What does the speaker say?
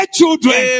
children